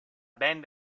band